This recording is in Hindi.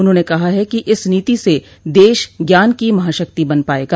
उन्होंने कहा कि इस नीति से देश ज्ञान की महाशक्ति बन पाएगा